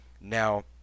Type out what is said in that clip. now